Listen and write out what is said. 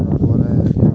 അതുപോലെ